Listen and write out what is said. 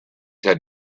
had